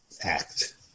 act